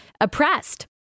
oppressed